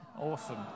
Awesome